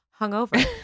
hungover